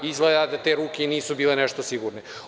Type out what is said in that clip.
Izgleda da te ruke i nisu nešto bile sigurne.